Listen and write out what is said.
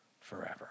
forever